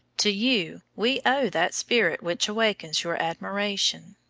to you we owe that spirit which awakens your admiration.